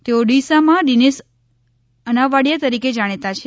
તેઓ ડીસામાં દિનેશ અનાવાડીયા તરીકે જાણીતા છે